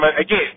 again